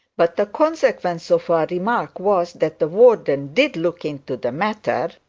but the consequence of our remark was, that the warden did look into the matter,